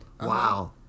Wow